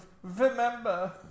Remember